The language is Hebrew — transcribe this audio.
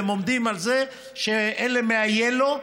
והם עומדים על זה שאלה מ-Yellow,